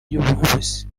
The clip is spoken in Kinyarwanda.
y’ubuyobozi